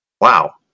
Wow